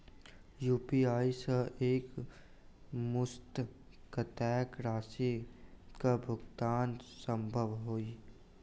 UPI सऽ एक मुस्त कत्तेक राशि कऽ भुगतान सम्भव छई?